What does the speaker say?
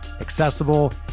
accessible